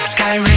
Sky